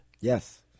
Yes